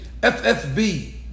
FFB